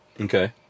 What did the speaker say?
okay